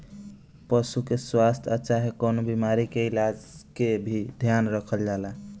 पशु के स्वास्थ आ चाहे कवनो बीमारी के इलाज के भी ध्यान रखल जाला